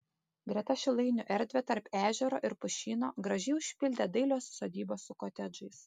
greta šilainių erdvę tarp ežero ir pušyno gražiai užpildė dailios sodybos su kotedžais